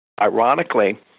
ironically